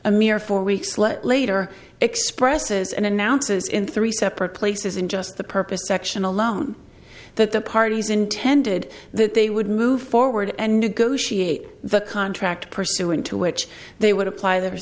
a mere four weeks let later expresses and announces in three separate places in just the purpose section alone that the parties intended that they would move forward and negotiate the contract pursuant to which they would apply their